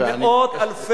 מאות אלפי,